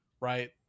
right